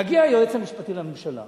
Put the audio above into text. מגיע היועץ המשפטי לממשלה